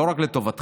לא רק לטובתכם,